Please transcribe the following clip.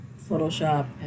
Photoshop